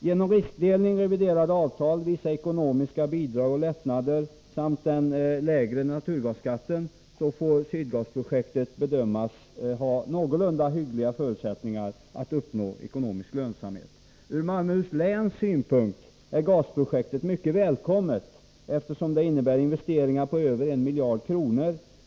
Genom riskdelning, reviderade avtal, vissa ekonmiska bidrag och lättnader samt den lägre naturgasskatten får Sydgasprojektet bedömas ha någorlunda hyggliga förutsättningar att uppnå ekonomisk lönsamhet. Ur Malmöhus läns synpunkt är gasprojektet mycket välkommet, eftersom det innebär investeringar på över 1 miljard kronor.